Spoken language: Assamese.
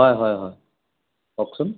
হয় হয় হয় কওকচোন